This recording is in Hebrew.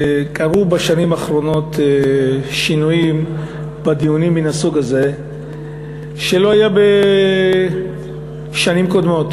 קרו בשנים האחרונות שינויים בדיונים מן הסוג הזה שלא היו בשנים קודמות.